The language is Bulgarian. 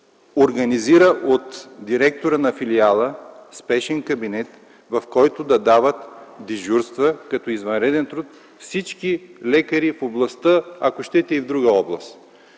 организира от директора на филиала спешен кабинет, в който да дават дежурства като извънреден труд всички лекари в областта, ако щете и в друга област.